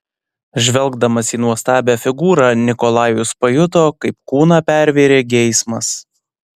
žvelgdamas į nuostabią figūrą nikolajus pajuto kaip kūną pervėrė geismas